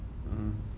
mm